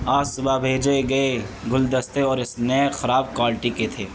آج صبح بھیجے گئے گلدستے اور اسنیک خراب کوالٹی کے تھے